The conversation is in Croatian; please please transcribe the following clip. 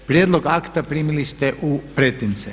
Prijedlog akta primili ste u pretince.